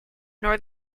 nor